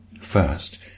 First